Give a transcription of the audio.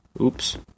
Oops